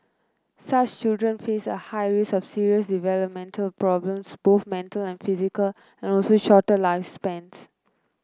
such children face a high risk of serious developmental problems both mental and physical and also shorter lifespans